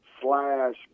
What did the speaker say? slash